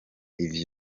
ivyo